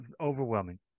overwhelming